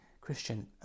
Christian